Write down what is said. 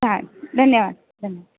thanks धन्यवाद धन्यवाद